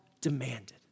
demanded